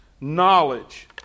knowledge